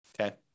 Okay